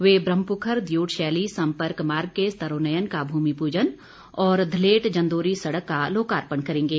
वे ब्रहमपुखर दियोटशैली संपर्क मार्ग के स्तरोन्नयन का भूमि पूजन और धलेट जंदोरी सड़क का लोकार्पण करेंगे